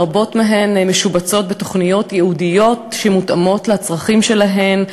רבות מהן משובצות בתוכניות ייעודיות שמותאמות לצרכים שלהן,